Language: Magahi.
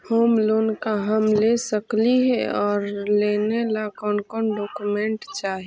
होम लोन का हम ले सकली हे, और लेने ला कोन कोन डोकोमेंट चाही?